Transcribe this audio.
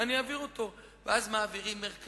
אז באמת פרק